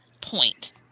point